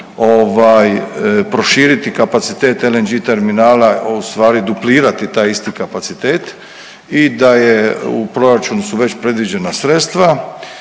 proširiti kapacitet LNG terminala ustvari duplirati taj isti kapacitete i da je u proračunu su već predviđena sredstva